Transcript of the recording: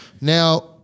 Now